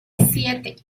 siete